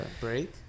break